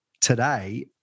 today